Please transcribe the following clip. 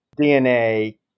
DNA